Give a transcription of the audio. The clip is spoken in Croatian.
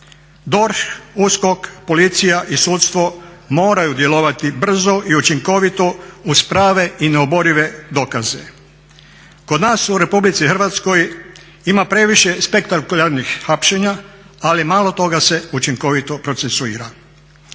DORH, USKOK, policija i sudstvo moraju djelovati brzo i učinkovito uz prave i neoborive dokaze. Kod na u RH ima previše spektakularnih hapšenja ali malo toga se učinkovito procesuira.